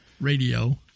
radio